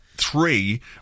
three